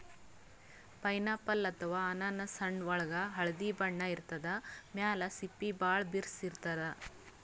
pineapple ಅಥವಾ ಅನಾನಸ್ ಹಣ್ಣ್ ಒಳ್ಗ್ ಹಳ್ದಿ ಬಣ್ಣ ಇರ್ತದ್ ಮ್ಯಾಲ್ ಸಿಪ್ಪಿ ಭಾಳ್ ಬಿರ್ಸ್ ಇರ್ತದ್